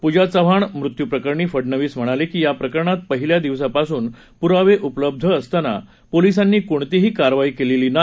पूजा चव्हाण मृत्यू प्रकरणी फडनवीस म्हणाले की या प्रकरणात पहिल्या दिवसापासून पूरावे उपलब्ध असताना पोलिसांनी कोणतीही कारवाई केलेली नाही